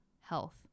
health